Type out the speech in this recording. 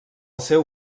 seu